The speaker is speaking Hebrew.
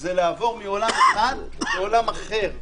זה לעבור מעולם אחד לעולם אחר.